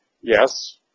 yes